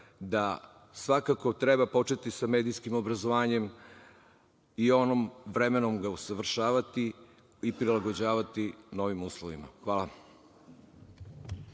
da svakako treba početi sa medijskim obrazovanjem i vremenom ga usavršavati i prilagođavati novim uslovima. Hvala.